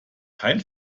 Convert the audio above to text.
kein